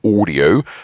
audio